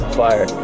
fire